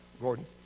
Gordon